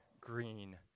green